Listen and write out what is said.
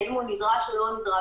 האם הוא נדרש או לא נדרש,